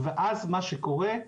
ואז מה שקורה,